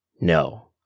No